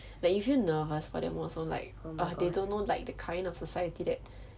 that you feel nervous for them also like uh they don't know like the kind of society that